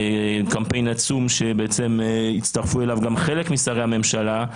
יש קמפיין עצום שהצטרפו אליו גם חלק משרי הממשלה,